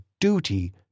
duty